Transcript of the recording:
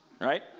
Right